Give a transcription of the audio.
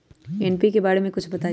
NPK बारे म कुछ बताई?